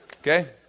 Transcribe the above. Okay